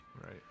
Right